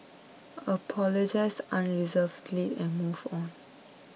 apologise unreservedly and move on